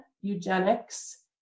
eugenics